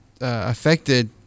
affected